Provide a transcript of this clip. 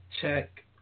check